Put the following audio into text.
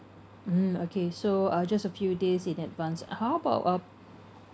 mm okay so uh just a few days in advance how about uh